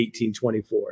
1824